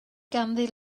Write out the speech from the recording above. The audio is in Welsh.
ganddi